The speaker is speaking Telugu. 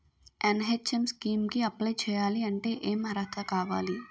ఎన్.హెచ్.ఎం స్కీమ్ కి అప్లై చేయాలి అంటే ఏ అర్హత కావాలి?